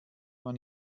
man